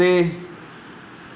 ਅਤੇ